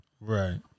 Right